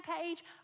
page